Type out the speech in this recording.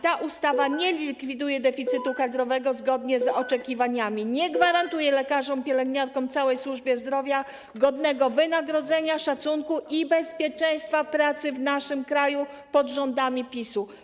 Ta ustawa nie likwiduje deficytu kadrowego zgodnie z oczekiwaniami, nie gwarantuje lekarzom, pielęgniarkom, całej służbie zdrowia godnego wynagrodzenia, szacunku i bezpieczeństwa pracy w naszym kraju pod rządami PiS-u.